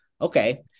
okay